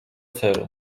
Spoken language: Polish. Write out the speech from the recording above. celu